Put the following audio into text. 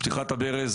במקרה שלנו פתיחת הברז